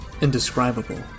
indescribable